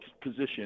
position